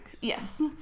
Yes